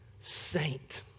saint